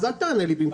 אל תענה לי במקומו.